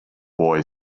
boy